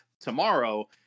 tomorrow